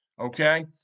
okay